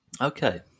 okay